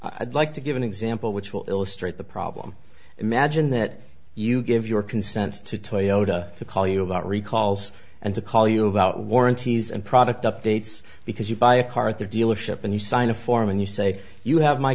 i'd like to give an example which will illustrate the problem imagine that you give your consent to toyota to call you about recalls and to call you about warranties and product updates because you buy a car at the dealership and you sign a form and you say you have my